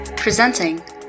Presenting